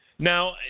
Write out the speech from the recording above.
Now